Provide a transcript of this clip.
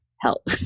help